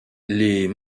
les